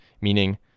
meaning